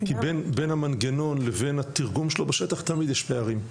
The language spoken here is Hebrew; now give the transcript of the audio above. כי בין המנגנון לבין התרגום שלו בשטח תמיד יש פערים.